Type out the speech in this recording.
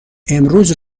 امروز